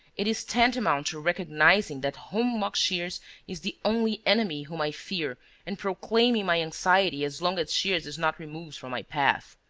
it is tantamount to recognizing that holmlock shears is the only enemy whom i fear and proclaiming my anxiety as long as shears is not removed from my path.